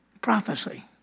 prophecy